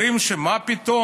אומרים: מה פתאום?